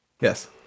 Yes